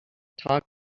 talk